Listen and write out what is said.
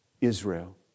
Israel